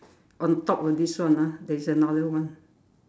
on top of this one ah there is another one